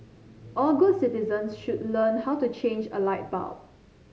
all good citizens should learn how to change a light bulb